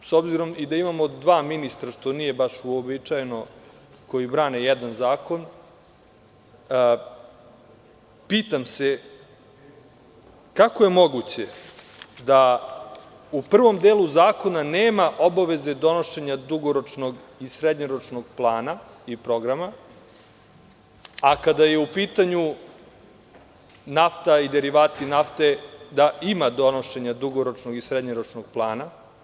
Sada, s obzirom da imamo dva ministra, što nije baš uobičajeno, koji brane jedan zakon, pitam se kako je moguće da u prvom delu zakona nema obaveza donošenja dugoročnog i srednjeročnog plana i programa, a kada je u pitanju nafta i derivati nafte ima donošenja dugoročnog i srednjoročnog plana.